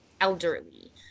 elderly